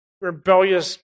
rebellious